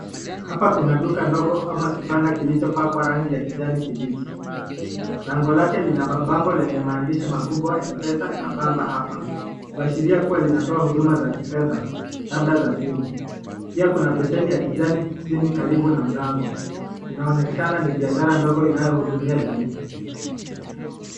Hapa kuna duka ndogo ama kibanda kilichopakwa rangi ya kijani kibichi. Lango lake lina bango lenye maandishi makubwa M-Pesa na Bamba Hapa kuashiria kuwa linatoa huduma za kifedha, labda za simu. Pia kuna beseni ya kijani chini karibu na mlango. Inaonekana ni biashara ndogo inayohudumia jamii.